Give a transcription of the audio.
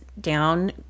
down